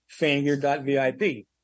fangear.vip